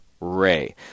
Ray